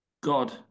God